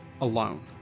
alone